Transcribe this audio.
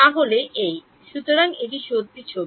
তাহলেই এইই সুতরাং এটি সত্য ছবি